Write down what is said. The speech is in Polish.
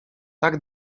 tak